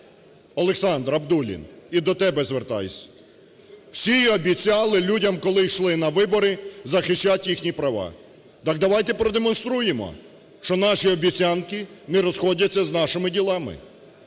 Олександр Абдуллін, і до тебе звертаюся. Всі обіцяли людям, коли йшли на вибори, захищати їхні права. Так давайте продемонструємо, що наші обіцянки не розходяться з нашими ділами.